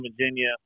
virginia